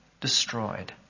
destroyed